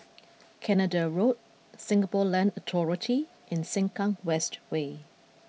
Canada Road Singapore Land Authority and Sengkang West Way